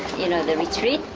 you know the retreat,